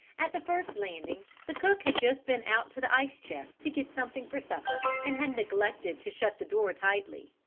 at the first landing, the cook had just been out to the ice-chest to get something for supper and had neglected to shut the door tightly,